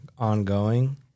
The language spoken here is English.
Ongoing